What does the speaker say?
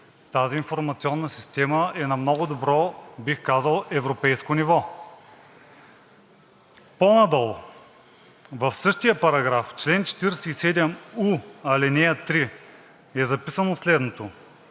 Тази информационна система е на много добро, бих казал, европейско ниво. По-надолу в същия параграф, чл. 47у, ал. 3 е записано следното: